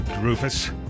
Rufus